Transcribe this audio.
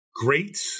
great